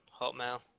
Hotmail